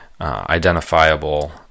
identifiable